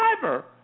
driver